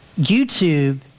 YouTube